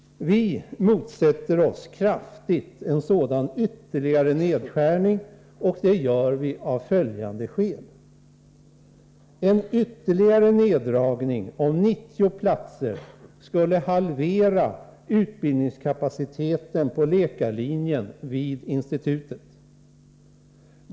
Vi motsätter oss kraftigt en sådan ytterligare nedskärning, och det gör vi av följande skäl. En ytterligare neddragning om 90 platser skulle halvera utbildningskapaciteten på läkarlinjen vid institutet.